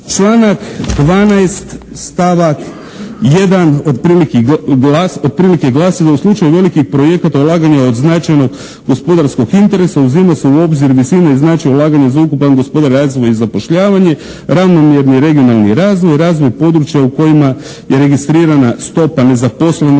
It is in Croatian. Članak 12. stavak 1. otprilike glasi da u slučaju velikih projekata ulaganja od značajnog gospodarskog interesa uzima se u obzir visina i značaj ulaganja za ukupan gospodarski razvoj i zapošljavanja, ravnomjerni regionalni razvoj, razvoj područja u kojima je registrirana stopa nezaposlenosti